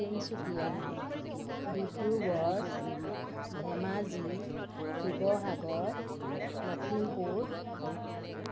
Tinsukia Dibrugarh Dhemaji Sivasagar Lakhimpur